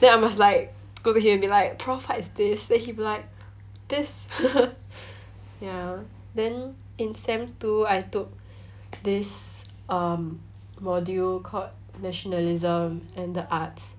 then I must like go to him and be like prof what is this then he'll be like this ya then in sem two I took this um module called nationalism and the arts